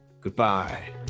Goodbye